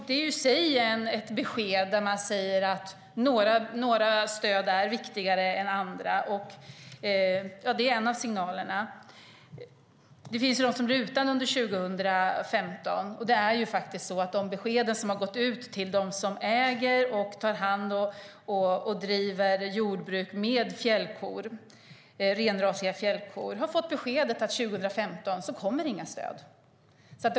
Det är i sig ett besked om att några stöd är viktigare än andra. Det är en av signalerna. Det finns de som blir utan under 2015. De besked som har gått ut till dem som äger, tar hand om och driver jordbruk med renrasiga fjällkor har fått beskedet att det inte kommer några stöd 2015.